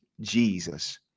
Jesus